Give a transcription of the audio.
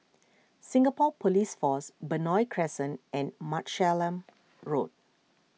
Singapore Police Force Benoi Crescent and Road